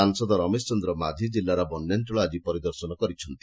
ସାଂସଦ ରମେଶ ଚନ୍ଦ୍ର ମାଝୀ ଜିଲ୍ଲାର ବନ୍ୟାଞଳ ଆଜି ପରିଦର୍ଶନ କରିଛନ୍ତି